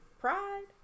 pride